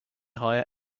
hire